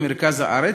במרכז הארץ.